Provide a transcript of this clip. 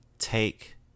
take